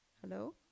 Hello